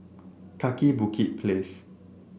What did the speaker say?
Kaki Bukit Place